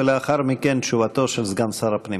ולאחר מכן תשובתו של סגן שר הפנים.